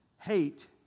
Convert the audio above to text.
Hate